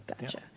Gotcha